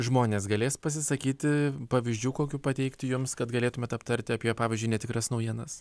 žmonės galės pasisakyti pavyzdžių kokių pateikti jums kad galėtumėt aptarti apie pavyzdžiui netikras naujienas